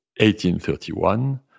1831